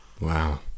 wow